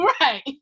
Right